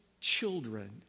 children